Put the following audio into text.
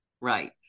Right